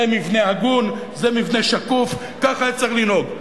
זה מבנה הגון, זה מבנה שקוף, כך היה צריך לנהוג.